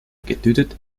getötet